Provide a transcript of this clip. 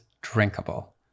drinkable